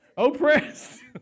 Oppressed